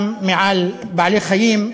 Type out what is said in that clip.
גם על בעלי-חיים,